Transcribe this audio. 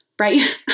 right